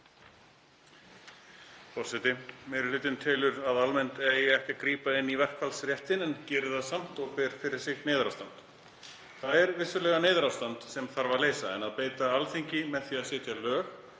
Forseti. Meiri hlutinn telur að almennt eigi ekki að grípa inn í verkfallsréttinn en gerir það samt og ber fyrir sig neyðarástand. Það er vissulega neyðarástand sem þarf að leysa en að beita Alþingi með því að setja lög